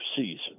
season